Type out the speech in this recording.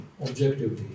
objectively